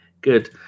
good